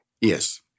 Yes